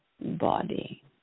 body